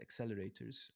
accelerators